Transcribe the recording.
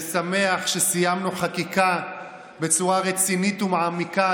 אני שמח שסיימנו חקיקה בצורה רצינית ומעמיקה,